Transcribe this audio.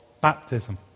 baptism